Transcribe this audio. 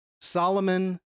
Solomon